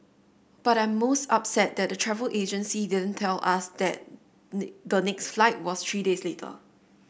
but I'm most upset that the travel agency didn't tell us that the next flight was three days later